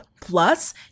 Plus